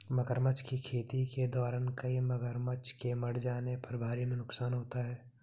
मगरमच्छ की खेती के दौरान कई मगरमच्छ के मर जाने पर भारी नुकसान होता है